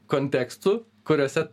kontekstų kuriuose